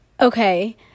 okay